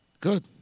Good